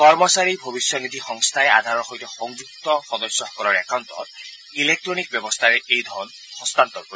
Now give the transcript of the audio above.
কৰ্মচাৰী ভৱিষ্যনিধি সংস্থাই আধাৰৰ সৈতে সংযুক্ত সদস্যসকলৰ একাউণ্টত ইলেকট্টনিক ব্যৱস্থাৰে এই ধন হস্তান্তৰ কৰিব